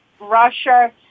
Russia